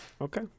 Okay